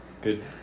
good